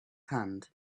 hand